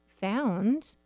found